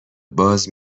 باز